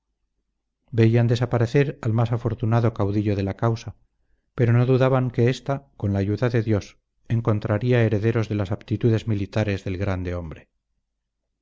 veían desaparecer al más afortunado caudillo de la causa pero no dudaban que ésta con la ayuda de dios encontraría herederos de las aptitudes militares del grande hombre